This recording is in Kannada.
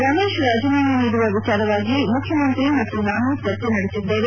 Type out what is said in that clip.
ರಮೇಶ ರಾಜೀನಾಮೆ ನೀಡುವ ವಿಚಾರವಾಗಿ ಮುಖ್ಯಮಂತ್ರಿ ಮತ್ತು ನಾನು ಚರ್ಚೆ ಮಾಡಿದ್ದೆವೆ